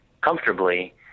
comfortably